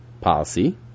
policy